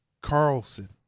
Carlson